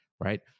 Right